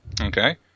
okay